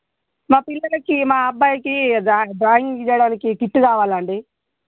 మా పిల్లలకి మా అబ్బాయికి దా డ్రాయింగ్ గీయడానికి కిట్ కావాలండి